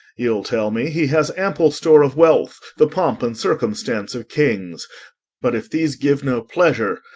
you'll tell me he has ample store of wealth, the pomp and circumstance of kings but if these give no pleasure,